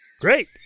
Great